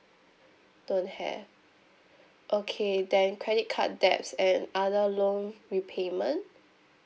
don't have okay then credit card debts and other loan repayment